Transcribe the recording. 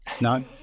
No